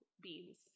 beans